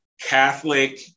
Catholic